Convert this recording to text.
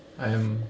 I am